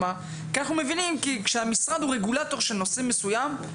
כי אנחנו מבינים שכשהמשרד הוא רגולטור של נושא מסוים,